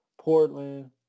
Portland